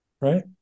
Right